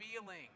feeling